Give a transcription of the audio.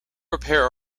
repair